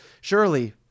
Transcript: surely